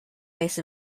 race